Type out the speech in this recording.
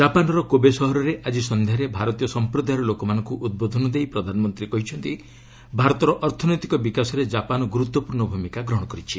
କାପାନ୍ର Kobe ସହରରେ ଆଜି ସନ୍ଧ୍ୟାରେ ଭାରତୀୟ ସମ୍ପ୍ରଦାୟର ଲୋକମାନଙ୍କୁ ଉଦ୍ବୋଧନ ଦେଇ ପ୍ରଧାନମନ୍ତ୍ରୀ କହିଛନ୍ତି ଭାରତର ଅର୍ଥନୈତିକ ବିକାଶରେ ଜାପାନ୍ ଗୁରୁତ୍ୱପୂର୍ଣ୍ଣ ଭୂମିକା ଗ୍ରହଣ କରିଛି